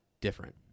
different